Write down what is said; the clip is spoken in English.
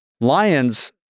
Lions